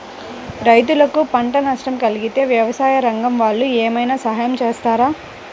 రైతులకు పంట నష్టం కలిగితే వ్యవసాయ రంగం వాళ్ళు ఏమైనా సహాయం చేస్తారా?